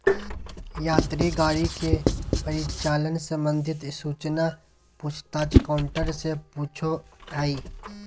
यात्री गाड़ी के परिचालन संबंधित सूचना पूछ ताछ काउंटर से पूछो हइ